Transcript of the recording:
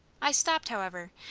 i stopped, however,